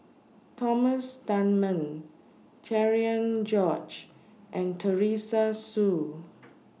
Thomas Dunman Cherian George and Teresa Hsu